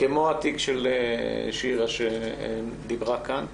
כמו התיק של שירה שדיברה כאן,